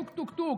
טוק-טוק-טוק,